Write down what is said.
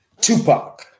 Tupac